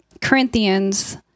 Corinthians